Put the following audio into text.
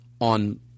on